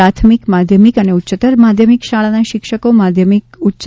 પ્રાથમિક માધ્યમિક અને ઉચ્ચતર માધ્યમિક શાળાના શિક્ષકો માધ્યમિક ઉચ્ચ